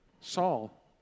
Saul